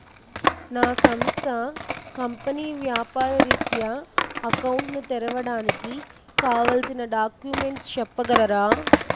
నా సంస్థ కంపెనీ వ్యాపార రిత్య అకౌంట్ ను తెరవడానికి కావాల్సిన డాక్యుమెంట్స్ చెప్పగలరా?